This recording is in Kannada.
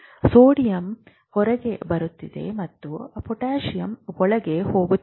ಸೋಡಿಯಂ ಹೊರಬರುತ್ತಿದೆ ಮತ್ತು ಪೊಟ್ಯಾಸಿಯಮ್ ಒಳಗೆ ಹೋಗುತ್ತಿದೆ